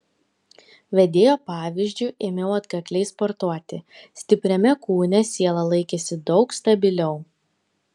vedėjo pavyzdžiu ėmiau atkakliai sportuoti stipriame kūne siela laikėsi daug stabiliau